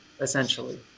essentially